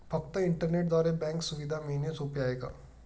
फक्त इंटरनेटद्वारे बँक सुविधा मिळणे सोपे आहे का?